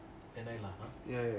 எண்ணலாமா:ennailama ya